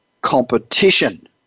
competition